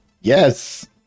Yes